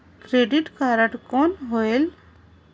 Credit card कौन होएल?